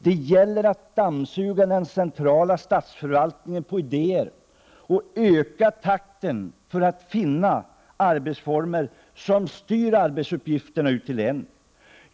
Det gäller att dammsuga den centrala statsförvaltningen på idéer och öka takten för att finna arbetsformer som styr arbetsuppgifter ut till länen.